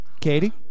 Katie